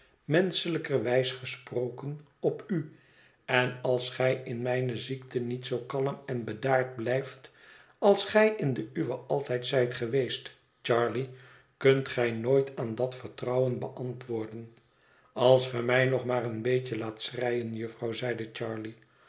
menschelijker wijs gesproken op u en als gij in mijne ziekte niet zoo kalm en bedaard blijft als gij in de uwe altijd zijt geweest charley kunt gij nooit aan dat vertrouwen beantwoorden als ge mij nog maar een beetje laat schreien jufvrouw zeide charley